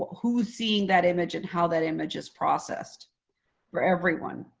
who's seeing that image, and how that image is processed for everyone.